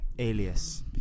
Alias